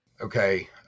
Okay